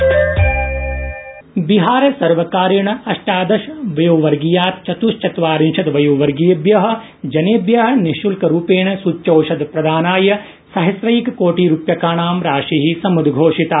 बिहार प्रशासन बिहारसर्वकारेण अष्टादश आय्वर्गीयात् चत्श्चत्वारिंशत् वयोवर्गीयेभ्यः जनेभ्यः निःश्ल्करूपेण सूच्यौषधप्रदानाय सहस्नैककोटिरुप्यकानां राशिः समुद्घोषिता